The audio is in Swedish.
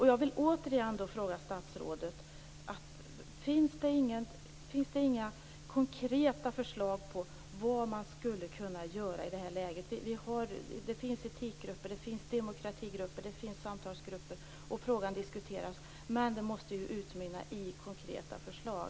Jag vill återigen fråga statsrådet: Finns det inga konkreta förslag på vad man skulle kunna göra i det här läget? Det finns etikgrupper, demokratigrupper och samtalsgrupper. Frågan diskuteras. Men det måste utmynna i konkreta förslag.